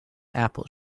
apple